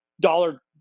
dollar